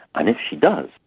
and if she does,